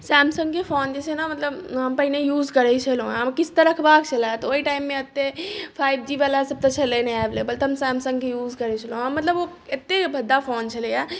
सैमसंगके फोन जे छै ने मतलब हम पहिने यूज करै छलौँह हेँ किछु तऽ रखबाके छलै तऽ ओहि टाइममे अत्ते फाइव जी वलासभ तऽ छलै नहि अवेलेबल तऽ हम सैमसंगके यूज करै छलौँ हेँ मतलब ओ अत्ते भद्दा फोन छलै है